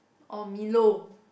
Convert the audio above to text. or milo